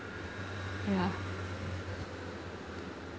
yeah